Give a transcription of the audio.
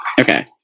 Okay